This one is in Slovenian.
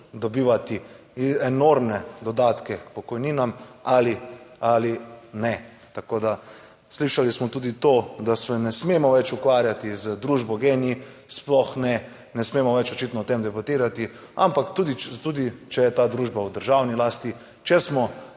dobivati enormne dodatke k pokojninam ali ali ne. Tako da slišali smo tudi to, da se ne smemo več ukvarjati z družbo GEN-I, sploh ne, ne smemo več očitno o tem debatirati, ampak tudi, tudi če je ta družba v državni lasti, če smo